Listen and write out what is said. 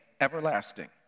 everlasting